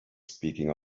speaking